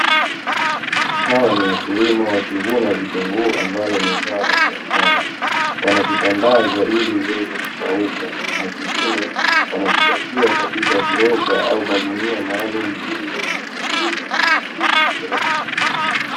Hawa ni wakulima wakivuna vitunguu ambalo ni zao la biashara. Wanavitandaza ili viweze kukauka na vingine wanavipakia katika viroba au magunia maalumu, ili iweze kuwa rahisi kusafirisha kupeleka sokoni.